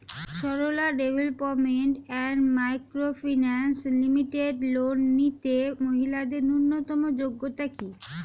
Sarala development and micro finance limited loan নিতে মহিলাদের ন্যূনতম যোগ্যতা কী?